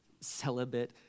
celibate